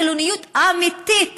חילוניות אמיתית